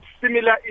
similar